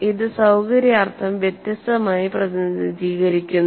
ഇത് സൌകര്യാർത്ഥം വ്യത്യസ്തമായി പ്രതിനിധീകരിക്കുന്നു